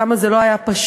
כמה זה לא היה פשוט,